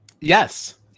Yes